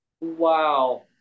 wow